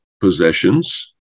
possessions